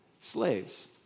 Slaves